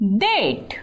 Date